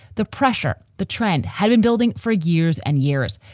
the pressure, the trend had been building for years and years,